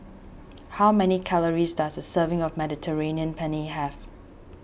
how many calories does a serving of Mediterranean Penne have